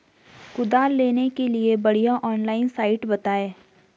कुदाल लेने के लिए बढ़िया ऑनलाइन साइट बतायें?